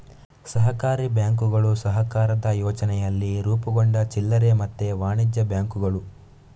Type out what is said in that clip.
ಸಹಕಾರಿ ಬ್ಯಾಂಕುಗಳು ಸಹಕಾರದ ಯೋಚನೆಯಲ್ಲಿ ರೂಪುಗೊಂಡ ಚಿಲ್ಲರೆ ಮತ್ತೆ ವಾಣಿಜ್ಯ ಬ್ಯಾಂಕುಗಳು